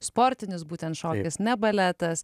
sportinis būtent šokis ne baletas